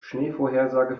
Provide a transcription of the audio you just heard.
schneevorhersage